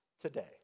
today